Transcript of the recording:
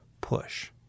push